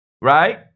right